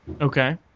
Okay